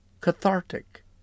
cathartic